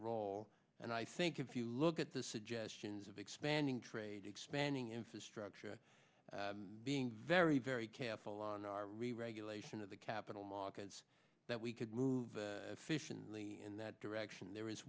role and i think if you look at the suggestions of expanding trade expanding infrastructure being very very careful on our reregulation of the capital markets that we could move fission lee in that direction there